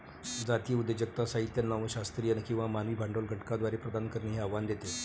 जातीय उद्योजकता साहित्य नव शास्त्रीय किंवा मानवी भांडवल घटकांद्वारे प्रदान करणे हे आव्हान देते